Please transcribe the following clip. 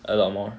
a lot more